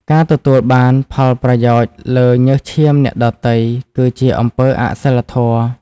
ការទទួលបានផលប្រយោជន៍លើញើសឈាមអ្នកដទៃ គឺជាអំពើអសុីលធម៌។